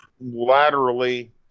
laterally